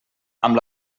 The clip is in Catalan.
amb